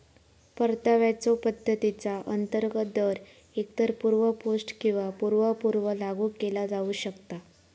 परताव्याच्यो पद्धतीचा अंतर्गत दर एकतर पूर्व पोस्ट किंवा पूर्व पूर्व लागू केला जाऊ शकता